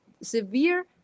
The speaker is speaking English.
Severe